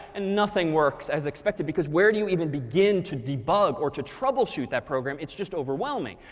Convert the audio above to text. and nothing works as expected because where do you even begin to debug or to troubleshoot that program? it's just overwhelming.